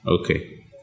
okay